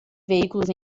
veículos